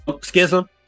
Schism